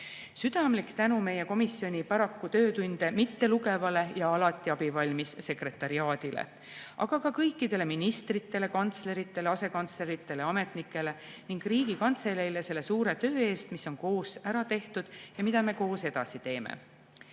Südamlik tänu meie komisjoni paraku töötunde mitte lugevale ja alati abivalmis sekretariaadile, aga ka kõikidele ministritele, kantsleritele, asekantsleritele ja ametnikele ning Riigikantseleile selle suure töö eest, mis on koos ära tehtud ja mida me koos edasi teeme.